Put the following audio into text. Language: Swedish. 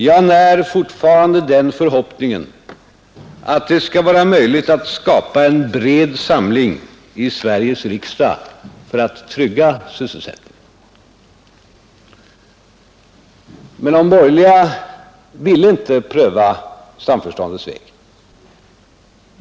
Jag när fortfarande den förhoppningen att det skall vara möjligt att skapa en bred samling i Sveriges riksdag för att trygga sysselsättningen.” Men de borgerliga ville inte pröva samförståndets väg.